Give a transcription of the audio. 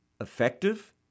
effective